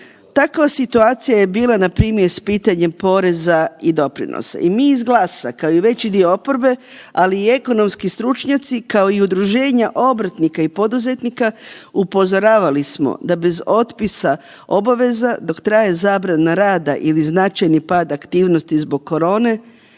Takva situacija je bila npr. s pitanjem poreza i doprinosa i mi iz GLAS-a kao i veći dio oporbe, ali i ekonomski stručnjaci kao i udruženja obrtnika i poduzetnika upozoravali smo da bez otpisa obaveza dok traje zabrana rada ili značajni pad aktivnosti zbog korone